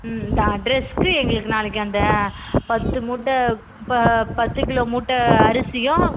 ம் இந்த அட்ரெஸ்க்கு எங்களுக்கு நாளைக்கு அந்த பத்து மூட்டை ப பத்து கிலோ மூட்டை அரிசியும்